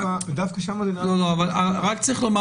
דווקא שם זה נראה לי --- רק צריך לומר